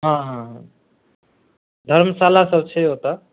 हँ हँ धर्मशाला सब छै ओतऽ